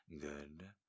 Good